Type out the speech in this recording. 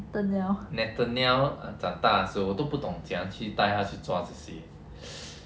nathanial